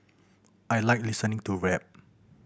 I like listening to rap